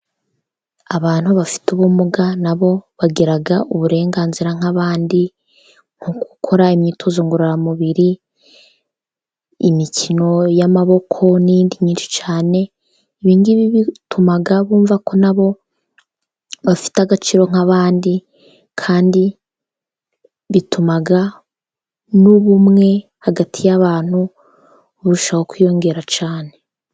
Abantu bafite ubumuga nabo, bagiraga uburenganzira nk'abandi, nko gukora imyitozo ngororamubiri, imikino y'amaboko n'indiyinshi cyane, ibingibi bituma bumva ko nabo, bafite agaciro nk'abandi kandi bituma n'ubumwe hagati y'abantu, burushaho kwiyongera cyane.